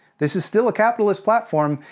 this is still a capitalist platform,